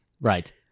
Right